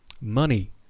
money